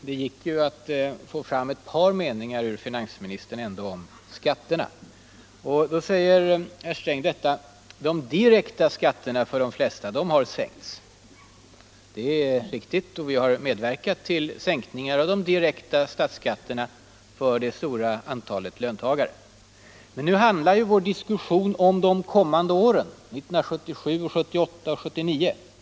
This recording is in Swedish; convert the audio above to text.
Herr talman! Det gick ändå att få ur finansministern ett par meningar om skatterna. Herr Sträng sade att de direkta skatterna för de flesta har sänkts. Det är riktigt. Vi har medverkat till sänkningar av de direkta statsskatterna för det stora antalet löntagare. Men nu handlar vår diskussion om de kommande åren — 1977, 1978 och 1979.